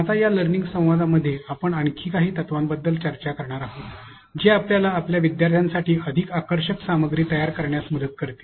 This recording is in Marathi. आता या लर्निंग संवादामध्ये आपण आणखी काही तत्त्वांबद्दल चर्चा करणार आहोत जे आपल्याला आपल्या विद्यार्थ्यांसाठी अधिक आकर्षक सामग्री तयार करण्यात मदत करतील